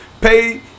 pay